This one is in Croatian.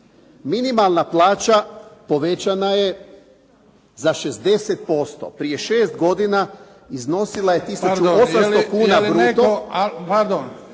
Minimalna plaća povećana je za 60%. Prije 6 godina iznosila je tisuću 800 kuna bruto.